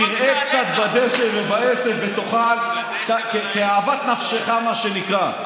שתרעה קצת בדשא ובעשב ותאכל כאוות נפשך, מה שנקרא.